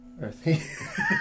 Earthy